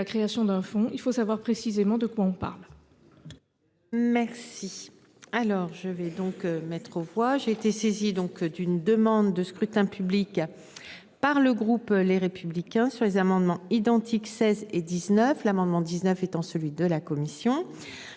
création d'un fonds, il faut savoir précisément de quoi on parle. Merci. Alors je vais donc mettre aux voix, j'ai été saisi. Donc d'une demande de scrutin public. Par le groupe Les Républicains sur les amendements identiques, 16 et 19. L'amendement 19 étant celui de la commission.